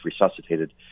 resuscitated